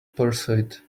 pursuit